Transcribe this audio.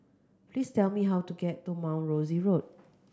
please tell me how to get to Mount Rosie Road